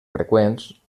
freqüents